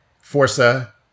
Forza